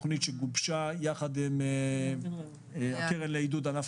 תוכנית שגובשה יחד עם הקרן לעידוד ענף